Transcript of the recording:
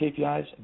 KPIs